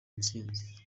intsinzi